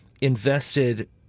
invested